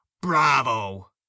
Bravo